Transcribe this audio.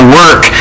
work